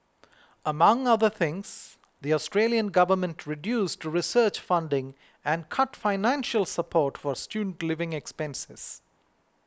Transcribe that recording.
among other things the Australian government reduced research funding and cut financial support for student living expenses